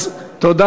תודה.